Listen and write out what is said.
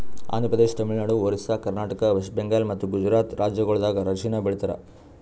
Andhra Pradesh, Tamil Nadu, Orissa, Karnataka, west Bengal ಮತ್ತ ಗುಜರಾತ್ ರಾಜ್ಯಗೊಳ್ದಾಗ್ ಅರಿಶಿನ ಬೆಳಿತಾರ್